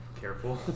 careful